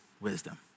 wisdom